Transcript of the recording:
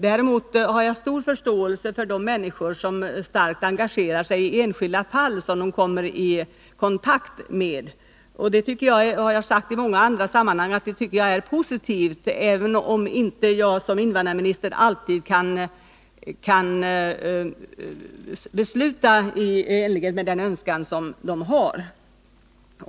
Däremot har jag stor förståelse för de människor som starkt engagerar sig för enskilda fall som de kommer i kontakt med. Det tycker jag — det har jag sagt också i många andra sammanhang — är positivt, även om jag som invandrarminister inte alltid kan besluta i enlighet med dessa människors önskan.